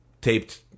taped